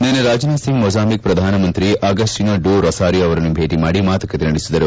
ನಿನ್ನೆ ರಾಜನಾಥ್ ಸಿಂಗ್ ಮೊಜಾಂಬಿಕ್ ಪ್ರಧಾನಮಂತ್ರಿ Agostinho do Rosario ಅವರನ್ನು ಭೇಟ ಮಾಡಿ ಮಾತುಕತೆ ನಡೆಸಿದರು